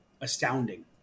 astounding